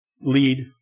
lead